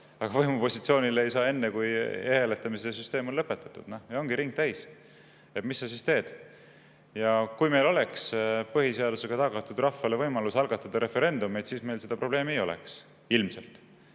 aga võimupositsioonile ei saa enne, kui e-hääletamise süsteem on lõpetatud – ja ongi ring täis. Mis sa siis teed? Kui meil oleks põhiseadusega tagatud rahvale võimalus algatada referendumeid, siis meil ilmselt seda probleemi ei oleks. Sel